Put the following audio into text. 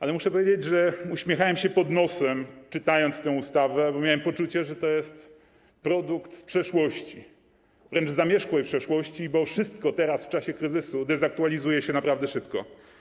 Ale muszę powiedzieć, że uśmiechałem się pod nosem, czytając tę ustawę, bo miałem poczucie, że to jest produkt z przeszłości, wręcz zamierzchłej przeszłości, bo wszystko teraz, w czasie kryzysu, dezaktualizuje się naprawdę szybko.